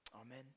Amen